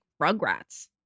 Rugrats